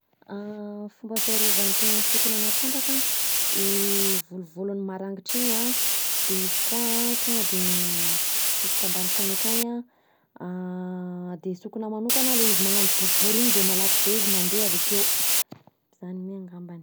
Fomba fiarovan-tegnan’ny sokona na trandraka i volovony marangitra iny an, de izy koa tonga de mitsofoka ambany tany akagny an, de sokona manokana le izy magnano boribory iny de malaky be izy mandeha avekeo. Zany mi angambany.